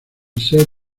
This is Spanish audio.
ser